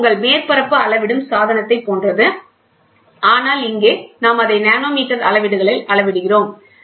இது உங்கள் மேற்பரப்பு அளவிடும் சாதனத்தைப் போன்றது ஆனால் இங்கே நாம் அதை நானோமீட்டர் அளவீடுகளில் அளவிடுகிறோம்